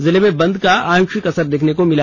जिले में बंद का आंशिक असर देखने को मिला